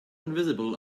invisible